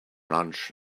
lunch